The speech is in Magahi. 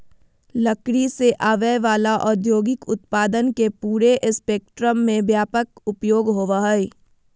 लकड़ी से आवय वला औद्योगिक उत्पादन के पूरे स्पेक्ट्रम में व्यापक उपयोग होबो हइ